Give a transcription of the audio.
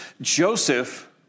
Joseph